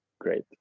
great